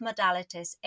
modalities